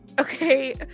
Okay